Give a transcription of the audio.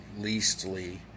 leastly